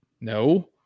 no